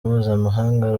mpuzamahanga